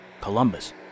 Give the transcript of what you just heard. Columbus